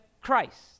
Christ